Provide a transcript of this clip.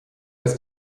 als